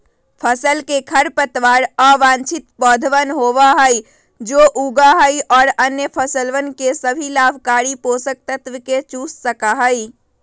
फसल के खरपतवार अवांछित पौधवन होबा हई जो उगा हई और अन्य फसलवन के सभी लाभकारी पोषक तत्व के चूस सका हई